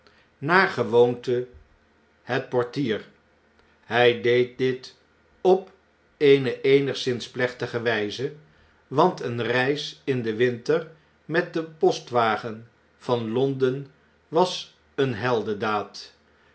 naar gewoonte het portier hy deed dit op eene eenigszins plechtige wyze want eene reis in den winter met den postwagen van l o n d e n was eene